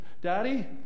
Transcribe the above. Daddy